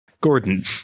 Gordon